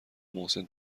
محسن